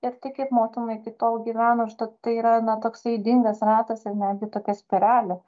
ir tai kaip motina iki tol gyveno užtat tai yra na toksai ydingas ratas ir netgi tokia spiralė